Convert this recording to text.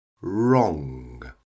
wrong